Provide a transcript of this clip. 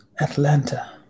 Atlanta